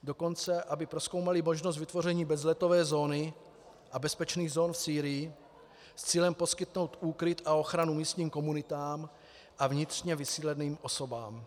Dokonce aby prozkoumaly možnost vytvoření bezletové zóny a bezpečných zón v Sýrii s cílem poskytnout úkryt a ochranu místním komunitám a vnitřně vysídleným osobám.